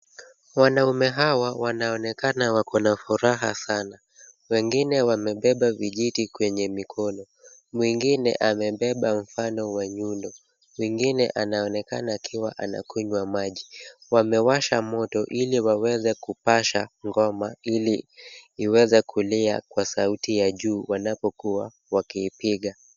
Wanaume hawa wanaonekana wako na furaha sana. Wengine wamebeba vijiti kwenye mikono. Mwingine amebeba mfano wa nyundo. Mwingine anaonekana akiwa anakunywa maji. Wamewasha moto ili waweze kupasha ngoma, ili iweze kulia kwa sauti ya juu, wanapokuwa wakiipiga.